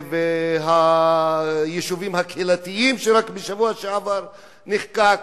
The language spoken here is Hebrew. והיישובים הקהילתיים שרק בשבוע שעבר נחקק,